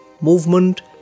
movement